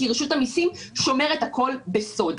כי רשות המיסים שומרת הכול בסוד.